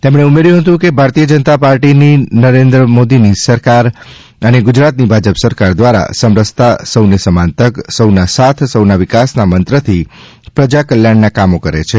તેમણે ઉમેર્યું હતું કે ભારતીય જનતા પાર્ટીની નરેન્દ્રભાઇ મોદીની કેન્દ્ર સરકાર અને ગુજરાત ની ભાજપ સરકાર દ્વારા સમરસતા સૌને સમાન તક સૌના સાથ સૌના વિકાસના મંત્રથી પ્રજા કલ્યાણના કામો કરે છે